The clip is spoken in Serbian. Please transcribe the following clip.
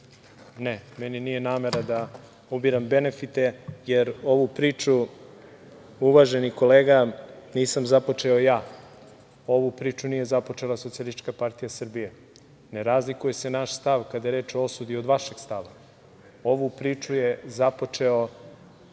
meni nije namera da ubiram benefite, jer ovu priču, uvaženi kolega nisam započeo ja. Ovu priču nije započela SPS. Ne razlikuje se naš stav kada je reč o osudi, od vašeg stava. Ovu priču je započeo